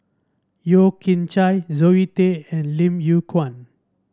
Yeo Kian Chai Zoe Tay and Lim Yew Kuan